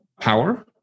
power